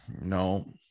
No